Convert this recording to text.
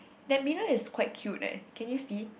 that mirror is quite cute leh can you see